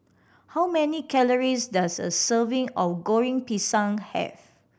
how many calories does a serving of Goreng Pisang have